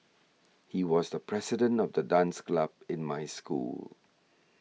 he was the president of the dance club in my school